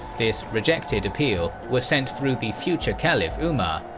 this rejected appeal was sent through the future caliph umar,